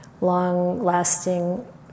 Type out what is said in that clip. long-lasting